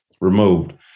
removed